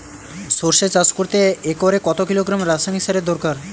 সরষে চাষ করতে একরে কত কিলোগ্রাম রাসায়নি সারের দরকার?